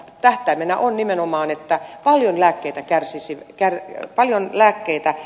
tähtäimenä on nimenomaan että paljon lääkkeitä kärsisi käy paljon lääkkeitä